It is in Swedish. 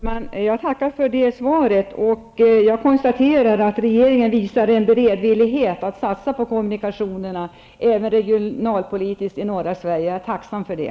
Herr talman! Jag tackar för det svaret. Jag konstaterar att regeringen visar en beredvillighet att satsa på kommunikationerna regionalpolitisk även i norra Sverige. Jag är tacksam för det.